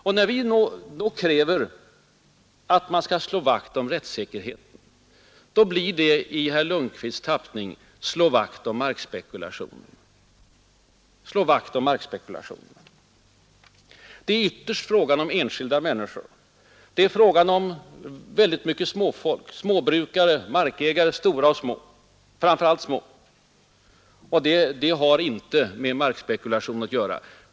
Och när vi då kräver att man skall slå vakt om rättssäkerheten blir det i herr Lundkvists tappning att slå vakt om markspekulationen! Det är fel. De som drabbas är enskilda människor, väldigt mycket småfolk, småbrukare och andra markägare, Deras markägande har inte med markspekulation att göra.